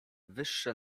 wyższe